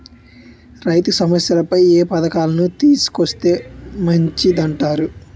రైతు సమస్యలపై ఏ పథకాలను తీసుకొస్తే మంచిదంటారు?